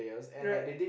right